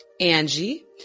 Angie